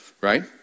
Right